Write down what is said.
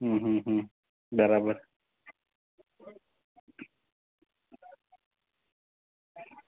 હમ હમ હમ બરાબર